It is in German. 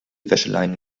wäscheleinen